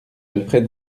alfred